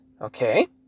Okay